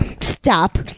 Stop